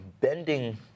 bending